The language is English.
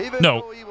No